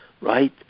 right